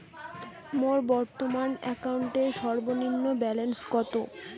মোর বর্তমান অ্যাকাউন্টের সর্বনিম্ন ব্যালেন্স কত?